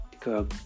girl